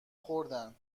خوردن